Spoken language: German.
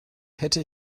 hätte